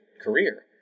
career